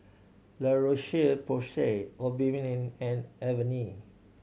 La Roche Porsay Obimin and Avene